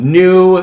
new